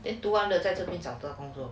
then 他在这边找到工作